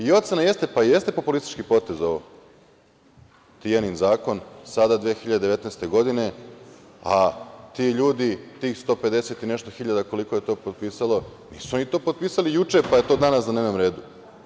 I ocena jeste, pa jeste populistički potez ovo, Tijanin zakon sada 2019. godine, a ti ljudi, tih 150 i nešto hiljada, koliko je to potpisalo, nisu oni to potpisali juče, pa je to danas na dnevnom redu.